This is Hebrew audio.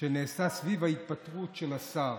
שנעשתה סביב ההתפטרות של השר.